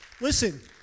Listen